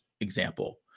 example